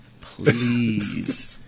please